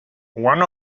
one